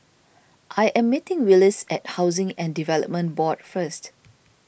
I am meeting Willis at Housing and Development Board First